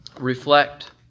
Reflect